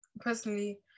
personally